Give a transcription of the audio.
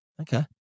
okay